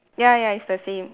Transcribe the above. ya ya it's the same